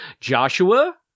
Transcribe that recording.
Joshua